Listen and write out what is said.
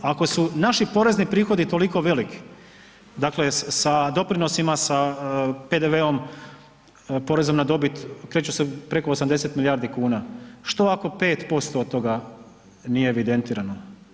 Ako su naši porezni prihodi toliko veliki, dakle sa doprinosima sa PDV-om, porezom na dobit, kreću se preko 80 milijardi kuna, što ako 5% od toga nije evidentirano?